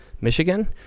Michigan